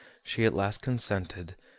she at last consented,